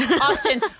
Austin